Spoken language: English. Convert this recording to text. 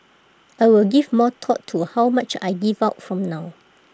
I will give more thought to how much I give out from now